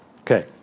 Okay